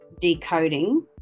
decoding